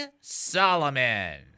Solomon